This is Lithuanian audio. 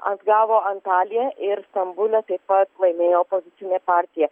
atgavo antaliją ir stambule taip pat laimėjo opozicinė partija